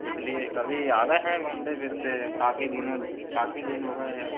इसलिए कभी आ गए घूमते फिरते काफ़ी दोनों काफ़ी दिन हो गए हैं